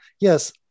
yes